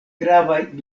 gravaj